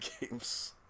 games